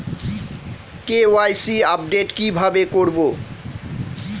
KYC update কি ভাবে করবো?